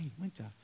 Winter